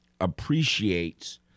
appreciates